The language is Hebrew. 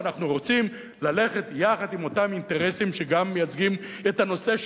אנחנו רוצים ללכת יחד עם אותם אינטרסים שגם מייצגים את הנושא שלנו,